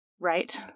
right